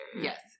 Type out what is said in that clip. Yes